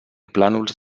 plànols